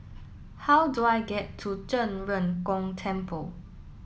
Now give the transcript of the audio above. how do I get to Zhen Ren Gong Temple